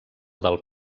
del